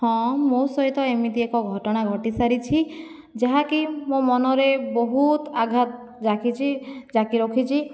ହଁ ମୋ' ସହିତ ଏମିତି ଏକ ଘଟଣା ଘଟିସାରିଛି ଯାହାକି ମୋ' ମନରେ ବହୁତ ଆଘାତ ଜାକିଛି ଜାକିରଖିଛି